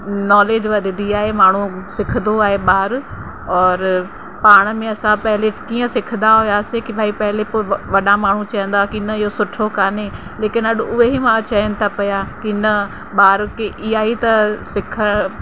knowledge वधंदी आहे माण्हू सिखंदो आहे ॿार और पाण में असां पहले कीअं सिखंदा हुयासीं कि भई पहले कोई वॾा माण्हू चवंदा हा कि न इहो सुठो कोन्हे लेकिन अॼु उहे ई मा चयनि था पिया कि न ॿार खे त इहा ई त सिख